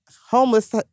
homeless